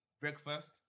breakfast